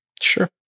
sure